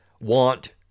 want